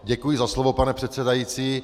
Děkuji za slovo, pane předsedající.